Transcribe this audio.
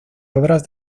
obras